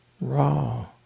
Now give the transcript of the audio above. raw